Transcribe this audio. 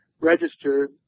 register